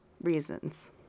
reasons